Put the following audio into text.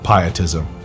pietism